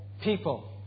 people